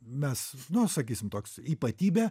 mes nu sakysim toks ypatybė